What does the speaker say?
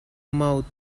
mouth